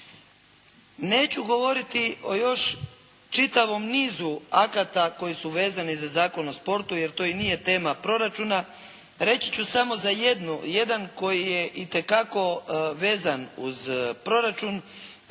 Neću govoriti o još čitavom nizu akata koji su vezani za Zakon o sportu, jer to i nije tema proračuna, reći ću samo za jedan koji je itekako vezan uz proračun,